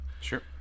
Sure